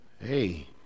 Hey